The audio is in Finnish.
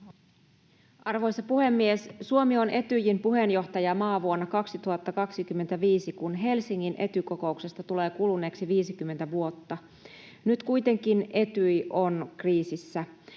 Arvoisa puhemies! Suomi on Etyjin puheenjohtajamaa vuonna 2025, kun Helsingin Ety-kokouksesta tulee kuluneeksi 50 vuotta. Nyt kuitenkin Etyj on kriisissä.